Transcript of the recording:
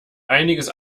einiges